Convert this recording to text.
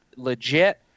Legit